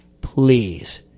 please